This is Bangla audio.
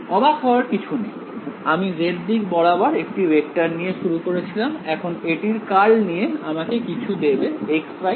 অবাক হওয়ার কিছু নেই আমি z দিক বরাবর একটি ভেক্টর নিয়ে শুরু করেছিলাম এখন এটির কার্ল নিয়ে আমাকে কিছু দেবে x y সমতলে